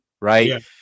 right